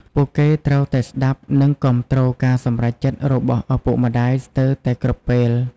ពួកគេត្រូវតែស្ដាប់ និងគាំទ្រការសម្រេចចិត្តរបស់ឪពុកម្តាយស្ទើតែគ្រប់ពេល។